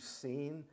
seen